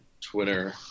Twitter